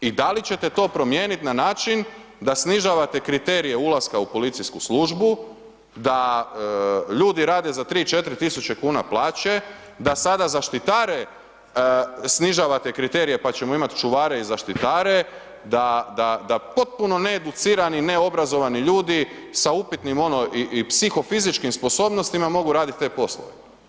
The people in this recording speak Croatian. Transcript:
I da li ćete to promijenit na način da snižavate kriterije ulasku u policijsku službu, da ljudi rade za 3, 4000 kuna plaće, da sada zaštitare snižavate kriterije pa ćemo imat čuvare i zaštitare, da potpuno needucirani i neobrazovani ljudi sa upitnim ono i psihofizičkim sposobnostima mogu radit te poslove.